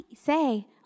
say